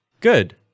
good